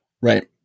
Right